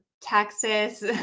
Texas